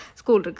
school